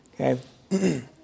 Okay